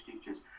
teachers